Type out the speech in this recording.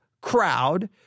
crowd